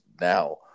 now